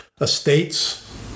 estates